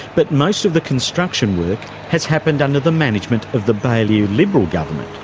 but most of the construction work has happened under the management of the baillieu liberal government.